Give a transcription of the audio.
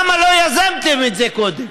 למה לא יזמתם את זה קודם?